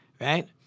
right